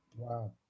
wow